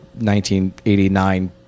1989